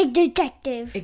detective